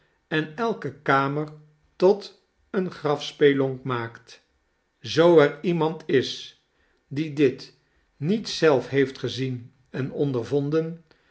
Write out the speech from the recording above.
en elke kamer tot eene grafspelonk maakt zoo er iemand is die dit niet zelf heeft gezien en ondervonden